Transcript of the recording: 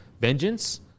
vengeance